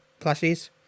plushies